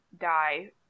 die